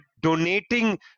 donating